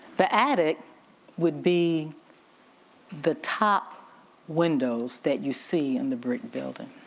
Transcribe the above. the attic would be the top windows that you see in the brick building.